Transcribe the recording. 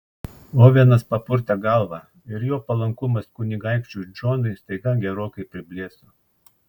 ovenas papurtė galvą ir jo palankumas kunigaikščiui džonui staiga gerokai priblėso